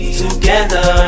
together